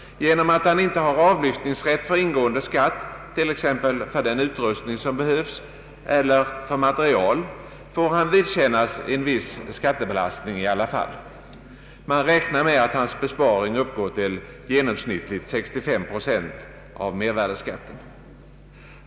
Genom att han inte har avlyftningsrätt för ingående skatt, t.ex. för den utrustning som behövs eller för material, får han vidkännas en viss skattebelastning i alla fall. Man räknar med att hans besparing uppgår till genomsnittligt 65 procent av mervärdeskatten.